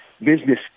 business